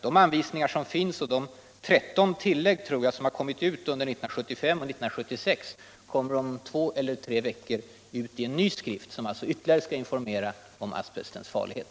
De anvisningar som finns och de, tror jag, 13 tillägg som kommit ut under 1975 och 1976 ges om två tre veckor ut i en ny skrift, som ytterligare skall informera om asbestens farlighet.